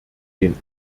den